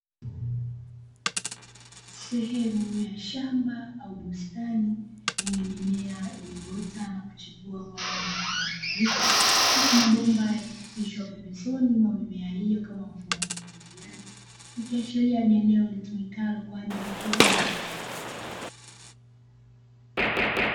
Sehemu ya shamba au bustani, yenye mimea iliyoota na kuchipua kwa rangi ya kijani kibichi, huku mabomba yakipitishwa pembezoni mwa mimea hiyo kama mfumo wa umwagiliaji; ikiashiria ni eneo litumikalo kwa ajili ya kilimo cha mbegu.